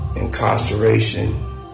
incarceration